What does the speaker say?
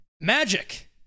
Magic